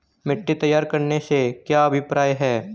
मिट्टी तैयार करने से क्या अभिप्राय है?